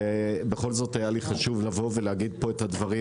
ובכל זאת היה לי חשוב לבוא ולהגיד פה את הדברים,